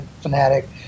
fanatic